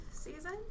Season